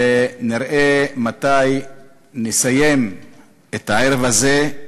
ונראה מתי נסיים את הערב הזה.